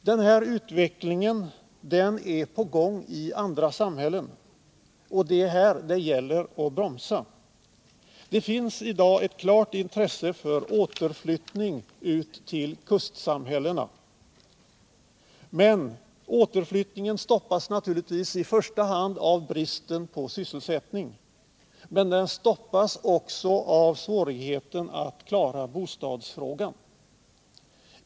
Den här utvecklingen är på gång även i andra samhällen, och det gäller att bromsa den. Det finns i dag ett klart intresse för återflyttning till kustsamhällena. Återflyttningen stoppas naturligtvis i första hand av bristen på sysselsättning, men den stoppas också av svårigheten att klara bostadsfrågan.